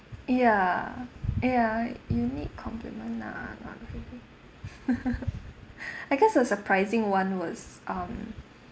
ya ya unique compliment ah not really I guess a surprising [one] was um